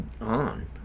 on